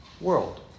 world